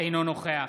אינו נוכח